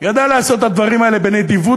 ידע לעשות את הדברים האלה בנדיבות,